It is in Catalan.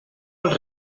als